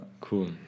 Cool